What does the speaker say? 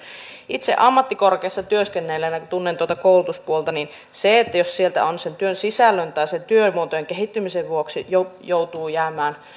itse ammattikorkeassa työskennelleenä kun tunnen tuota koulutuspuolta niin jos sieltä sen työn sisällön tai sen työmuotojen kehittymisen vuoksi joutuu jäämään